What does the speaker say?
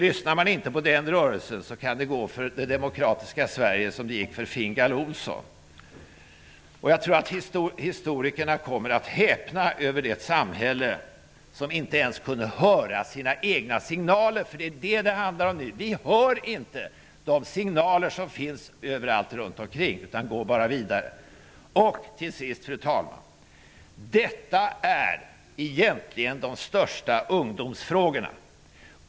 Om man inte lyssnar på den rörelsen kan det gå för det demokratiska Sverige som det gick för Fingal Olsson. Jag tror att historikerna kommer att häpna över det samhälle som inte ens kunde höra sina egna signaler. Det är det som det handlar om. Vi hör inte de signaler som finns överallt runt omkring, utan vi går bara vidare. Fru talman! Detta är egentligen de största ungdomsfrågorna.